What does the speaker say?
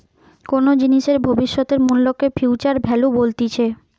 কোনো জিনিসের ভবিষ্যতের মূল্যকে ফিউচার ভ্যালু বলতিছে